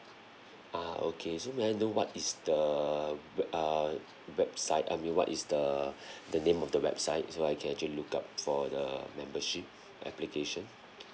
ah okay so may I know what is the we~ err website I mean what is the the name of the website so I can actually look up for the membership application